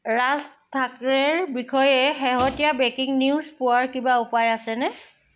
ৰাজ ঠাকৰেৰ বিষয়ে শেহতীয়া ব্ৰেকিং নিউজ পোৱাৰ কিবা উপায় আছেনে